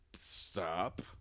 Stop